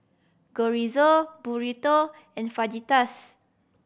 Chorizo Burrito and Fajitas